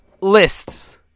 lists